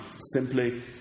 simply